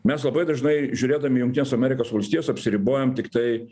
mes labai dažnai žiūrėdami į jungtines amerikos valstijas apsiribojam tiktai